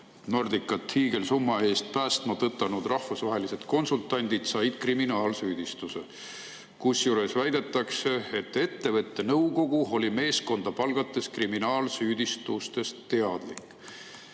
"Nordicat hiigelsumma eest päästma tõtanud rahvusvahelised konsultandid said kriminaalsüüdistuse", kusjuures väidetakse, et ettevõtte nõukogu oli meeskonda palgates kriminaalsüüdistustest teadlik.